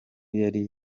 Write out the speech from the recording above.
yari